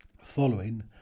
following